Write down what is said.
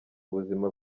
ubuzima